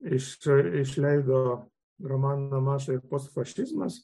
iš išleido romaną mašai ir post fašizmas